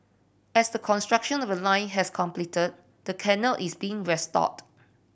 as the construction of the line has completed the canal is being restored